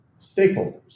stakeholders